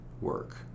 work